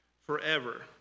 forever